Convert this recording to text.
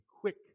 quick